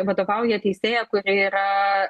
vadovauja teisėja kuri yra